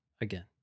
again